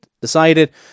decided